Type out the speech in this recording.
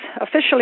officially